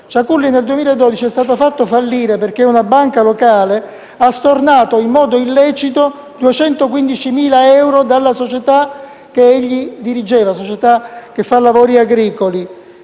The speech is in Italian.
Ciaculli nel 2012 è stato fatto fallire perché una banca locale ha stornato in modo illecito 215.000 euro dalla società che egli dirigeva,